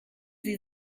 sie